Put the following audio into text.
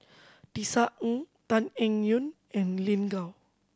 Tisa Ng Tan Eng Yoon and Lin Gao